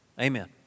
amen